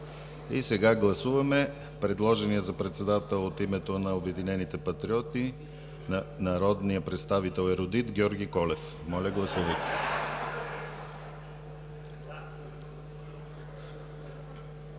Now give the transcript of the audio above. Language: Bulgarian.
И сега гласуваме предложението за председател от името на „Обединените патриоти“ – народния представител, ерудит, Георги Колев. (Смях